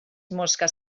mosques